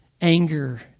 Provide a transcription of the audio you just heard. anger